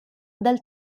dal